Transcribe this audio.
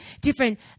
different